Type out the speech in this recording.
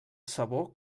sabó